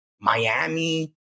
Miami